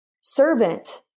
Servant